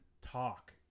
talk